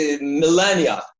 millennia